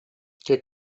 che